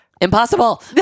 Impossible